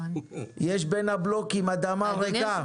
בין הבלוקים יש אדמה ריקה.